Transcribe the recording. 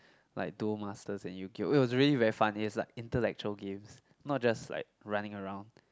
like Duel Masters and Yu-gi-oh it was really very fun it's like intellectual games not just like running around